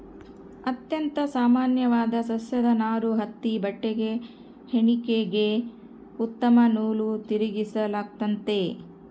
ಅತ್ಯಂತ ಸಾಮಾನ್ಯವಾದ ಸಸ್ಯದ ನಾರು ಹತ್ತಿ ಬಟ್ಟೆಗೆ ಹೆಣಿಗೆಗೆ ಉತ್ತಮ ನೂಲು ತಿರುಗಿಸಲಾಗ್ತತೆ